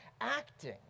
acting